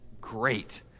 great